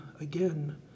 again